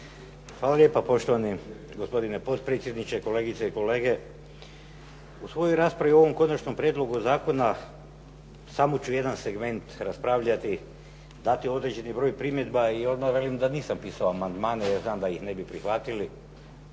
Hvala lijepo poštovani gospodine potpredsjedniče. Kolegice i kolege. U svojoj raspravi o ovom Konačnom prijedlogu zakona samo ću jedan segment raspravljati, dati određeni broj primjedba i odmah velim da nisam pisao amandmane, jer znam da ih ne bi prihvatili.